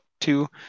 two